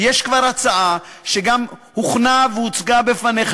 ויש כבר הצעה שגם הוכנה והוצגה בפניך,